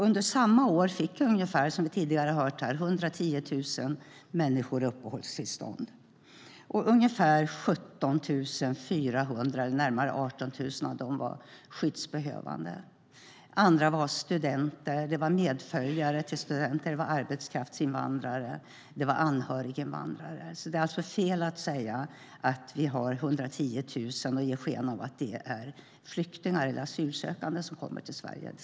Under samma år fick, som vi tidigare har hört här, ungefär 110 000 människor uppehållstillstånd. Ungefär 17 400 eller närmare 18 000 av dem var skyddsbehövande. Andra var studenter, medföljare till studenter, arbetskraftsinvandrare och anhöriginvandrare. Det är alltså fel att ge sken av att det kommer 110 000 flyktingar eller asylsökande till Sverige.